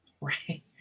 Right